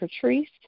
Patrice